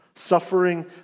Suffering